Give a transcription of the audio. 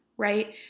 right